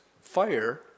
fire